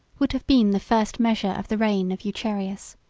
would have been the first measure of the reign of eucherius.